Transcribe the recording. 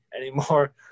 anymore